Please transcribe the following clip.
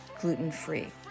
gluten-free